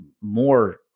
more